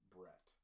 Brett